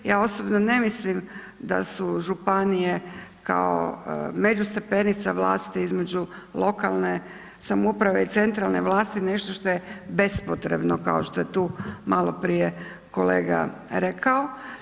Ja osobno ne mislim da su županije kao međustepenica vlasti između lokalne samouprave i centralne vlasti nešto što je bespotrebno kao što je tu maloprije kolega rekao.